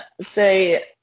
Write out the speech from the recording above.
say